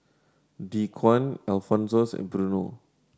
Dequan Alphonsus and Bruno